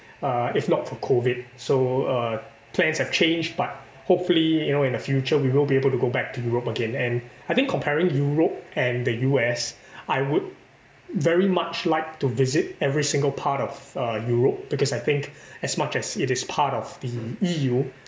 uh if not for COVID so uh plans have changed but hopefully you know in the future we will be able to go back to Europe again and I think comparing Europe and the U_S I would very much like to visit every single part of uh Europe because I think as much as it is part of the E_U